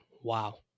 Wow